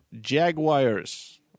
Jaguars